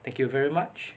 thank you very much